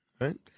right